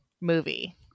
movie